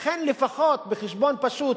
לכן, לפחות, בחשבון פשוט,